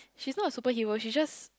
she is not a superhero she just